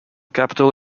capital